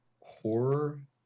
horror